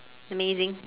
amazing